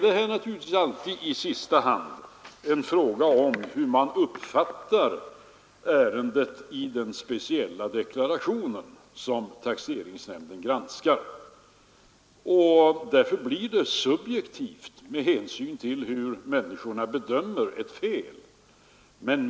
Men naturligtvis är det i sista hand alltid en fråga om hur man uppfattar ärendet vid taxeringsnämndens granskning av den speciella deklarationen, och därför blir bedömningen subjektiv med hänsyn till hur människor ser på ett begånget fel.